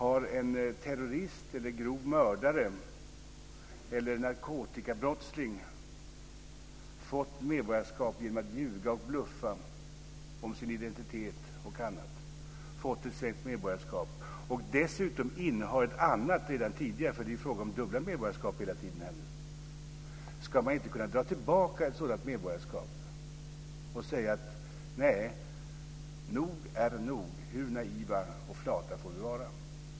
Om en terrorist eller en grov mördare eller narkotikabrottsling har fått svenskt medborgarskap genom att ljuga och bluffa om sin identitet och annat och dessutom innehar ett annat redan tidigare - det är hela tiden fråga om dubbla medborgarskap - ska man inte kunna dra tillbaka ett sådant medborgarskap och säga: Nog är nog? Hur naiva och flata får vi vara?